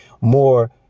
more